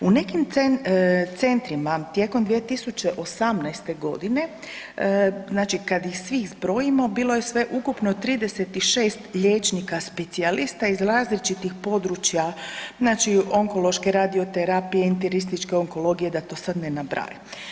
U nekim centrima tijekom 2018. godine, znači kad ih sve zbrojimo bilo je sveukupno 36 liječnika specijalista iz različitih područja, znači onkološke radioterapije, internističke onkologije da to sad ne nabrajam.